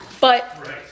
but-